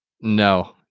No